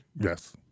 yes